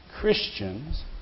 Christians